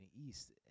East